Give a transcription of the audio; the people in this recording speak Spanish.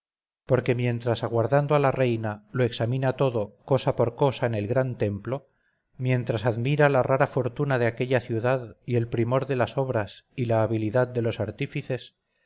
porque mientras aguardando a la reina lo examina todo cosa por cosa en el gran templo mientras admira la rara fortuna de aquella ciudad y el primor de las obras y la habilidad de los artífices